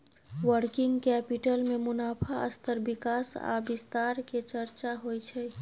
working capital में मुनाफ़ा स्तर विकास आ विस्तार के चर्चा होइ छइ